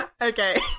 Okay